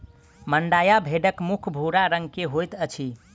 मांड्या भेड़क मुख भूरा रंग के होइत अछि